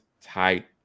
tight